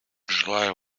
желаю